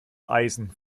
eisen